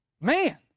man